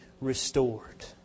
restored